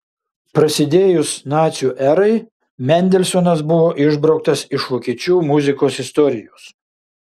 prasidėjus nacių erai mendelsonas buvo išbrauktas iš vokiečių muzikos istorijos